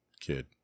kid